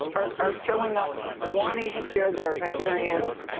are showing up wanting to share their experience,